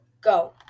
Go